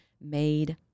made